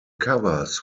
covers